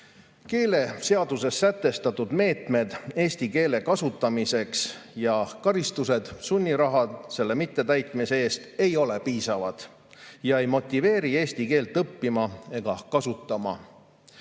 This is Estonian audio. jne. Keeleseaduses sätestatud meetmed eesti keele kasutamiseks ja karistus, sunniraha selle mittetäitmise eest ei ole piisavad ja ei motiveeri eesti keelt õppima ega kasutama.